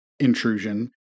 intrusion